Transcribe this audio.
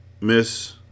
Miss